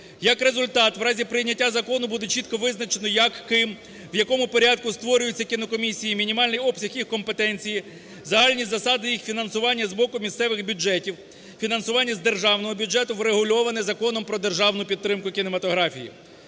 Як результат, в разі прийняття закону буде чітко визначено як, ким, в якому порядку створюються кінокомісії, мінімальний обсяг їх компетенції, загальні засади їх фінансування з блоку місцевих бюджетів, фінансування з державного бюджету врегульовано Законом "Про державну підтримку кінематографії".